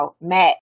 matt